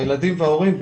הילדים וההורים,